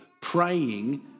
praying